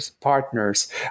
partners